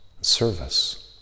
Service